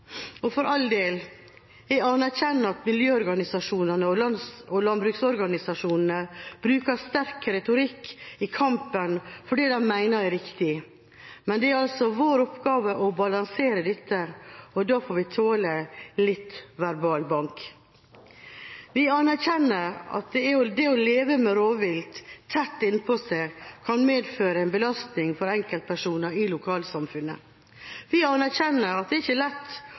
Og for all del: Jeg anerkjenner at miljøorganisasjonene og landbruksorganisasjonene bruker sterk retorikk i kampen for det de mener er riktig. Men det er altså vår oppgave å balansere dette, og da får vi tåle litt verbal bank. Vi anerkjenner at det å leve med rovvilt tett innpå seg kan medføre en belastning for enkeltpersoner i lokalsamfunnet. Vi anerkjenner at det er ikke lett